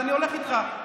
אז אני הולך איתך,